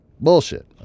Bullshit